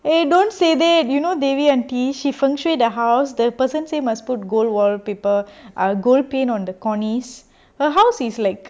eh don't say that you know devi aunty she fengshui the house the person say must put gold wallpaper ah gold paint on the corners her house is like